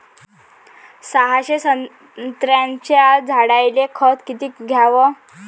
सहाशे संत्र्याच्या झाडायले खत किती घ्याव?